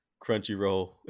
Crunchyroll